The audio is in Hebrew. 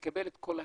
שתקבל את כל הכלים,